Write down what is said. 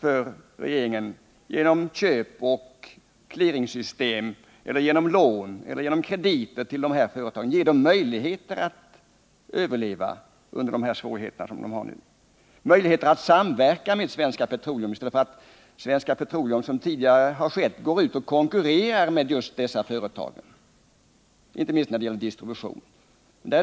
för regeringen att genom köp, genom clearingsystem, genom lån eller genom krediter ge dessa företag möjligheter att överleva under de svårigheter som de nu har. Jag tänker också på möjligheterna till samverkan med Svenska Petroleum i stället för att, som tidigare skett, Svenska Petroleum skall konkurrera med just dessa företag, inte minst när det gäller distributionsdelen.